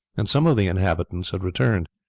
and some of the inhabitants had returned.